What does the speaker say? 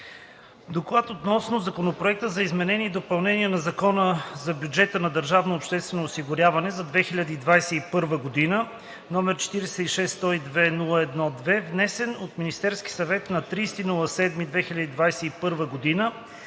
„Доклад относно Законопроект за изменение и допълнение на Закона за бюджета на държавното обществено осигуряване за 2021 г., № 46-102-01-2, внесен от Министерския съвет на 30 юли 2021 г.,